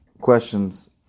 questions